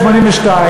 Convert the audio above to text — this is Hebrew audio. בתשמ"ב,